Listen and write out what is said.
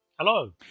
Hello